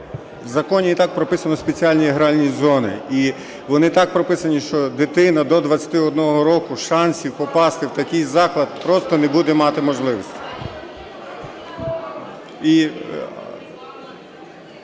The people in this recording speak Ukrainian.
в законі і так прописано "спеціальні гральні зони", і вони так прописані, що дитина до 21 року попасти в такий заклад просто не буде мати можливості.